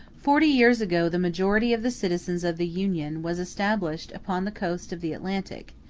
forty years ago the majority of the citizens of the union was established upon the coast of the atlantic,